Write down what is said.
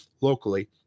locally